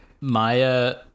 Maya